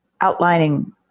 outlining